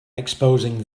exposing